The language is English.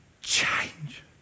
change